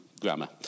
grammar